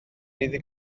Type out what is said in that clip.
iddi